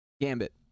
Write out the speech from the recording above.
Gambit